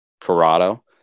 Corrado